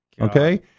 okay